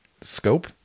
scope